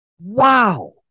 Wow